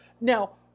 Now